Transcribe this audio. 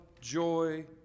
joy